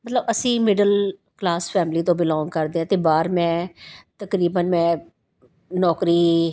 ਮਤਲਬ ਅਸੀਂ middle class family ਤੋਂ ਬਿਲੋਂਗ ਕਰਦੇ ਹਾਂ ਅਤੇ ਬਾਹਰ ਮੈਂ ਤਕਰੀਬਨ ਮੈਂ ਨੌਕਰੀ